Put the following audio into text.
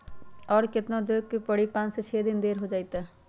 और केतना देब के परी पाँच से छे दिन देर हो जाई त?